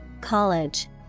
college